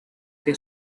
que